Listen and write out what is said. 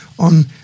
on